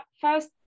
first